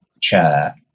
chair